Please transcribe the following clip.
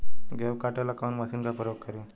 गेहूं काटे ला कवन मशीन का प्रयोग करी?